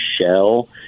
Shell